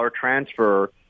transfer